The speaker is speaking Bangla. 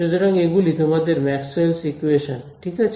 সুতরাং এগুলি তোমাদের ম্যাক্সওয়েলস ইকুয়েশনস Maxwell's equations ঠিক আছে